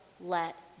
let